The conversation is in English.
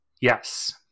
Yes